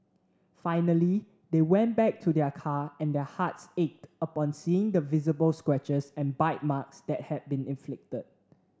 finally they went back to their car and their hearts ached upon seeing the visible scratches and bite marks that had been inflicted